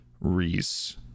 Reese